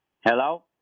Hello